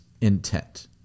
intent